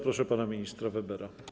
Proszę pana ministra Webera.